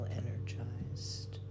energized